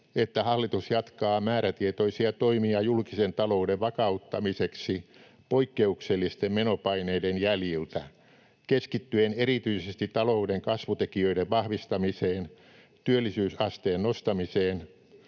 että hallitus jatkaa määrätietoisia toimia julkisen talouden vakauttamiseksi poikkeuksellisten menopaineiden jäljiltä keskittyen erityisesti talouden kasvutekijöiden vahvistamiseen, työllisyysasteen nostamiseen